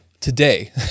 today